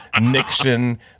Nixon